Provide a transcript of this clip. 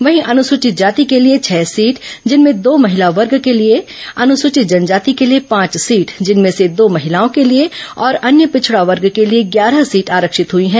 वहीं अनुसूचित जाति के लिए छह सीट जिनमें दो महिला वर्ग के लिए अनुसूचित जनजाति के लिए पांच सीट जिनमें से दो महिलाओं के लिए और अन्य पिछड़ा वर्ग के लिए ग्यारह सीट आरक्षित हुई है